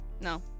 no